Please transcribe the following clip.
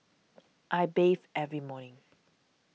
I bathe every morning